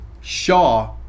Shaw